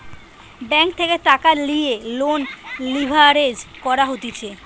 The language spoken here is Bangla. ব্যাঙ্ক থেকে টাকা লিয়ে লোন লিভারেজ করা হতিছে